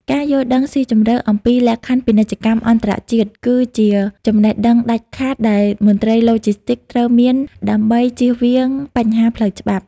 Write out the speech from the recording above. ការយល់ដឹងស៊ីជម្រៅអំពីលក្ខខណ្ឌពាណិជ្ជកម្មអន្តរជាតិ គឺជាចំណេះដឹងដាច់ខាតដែលមន្ត្រីឡូជីស្ទីកត្រូវមានដើម្បីជៀសវាងបញ្ហាផ្លូវច្បាប់។